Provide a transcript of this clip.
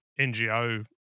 NGO